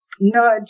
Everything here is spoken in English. nudge